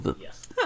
Yes